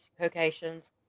locations